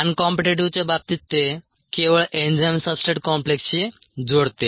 अनकॉम्पीटीटीव्हच्या बाबतीत ते केवळ एन्झाइम सबस्ट्रेट कॉम्प्लेक्सशी जोडते